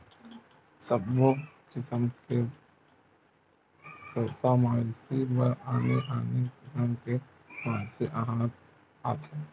सबो किसम के पोसवा मवेशी बर आने आने किसम के मवेशी अहार आथे